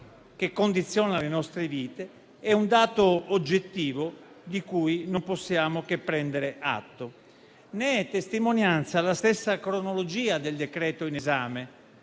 che condiziona le nostre vite, e un dato oggettivo, di cui non possiamo che prendere atto. Ne è testimonianza la stessa cronologia del decreto in esame: